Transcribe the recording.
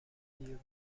field